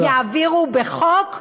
יעבירו בחוק?